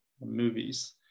movies